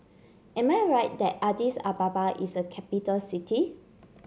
am I right that Addis Ababa is a capital city